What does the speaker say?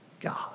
God